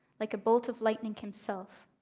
like a bolt of lightning himself,